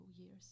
years